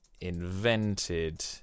invented